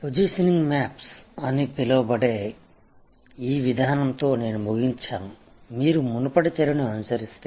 positioning maps అని పిలువబడే ఈ విధానంతో నేను ముగించాను మీరు మునుపటి చర్చను అనుసరిస్తే